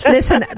Listen